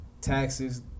taxes